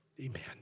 Amen